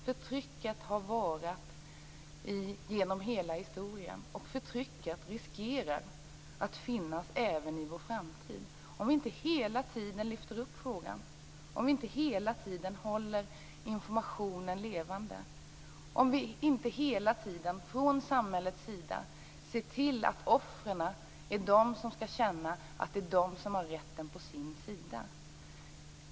Förtrycket har varat genom hela historien och riskerar att finnas även i framtiden om vi inte hela tiden lyfter frågan och håller informationen levande och om vi inte hela tiden från samhällets sida ser till att det är offren som skall känna att de har rätten på sin sida.